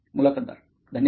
मुलाखतदार धन्यवाद